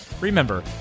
Remember